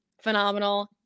phenomenal